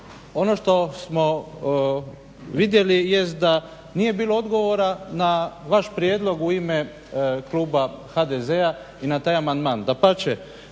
ono što smo vidjeli jest da nije bilo odgovora na vaš prijedlog u ime kluba HDZ-a i na taj amandman. Dapače,